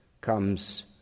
comes